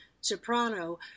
soprano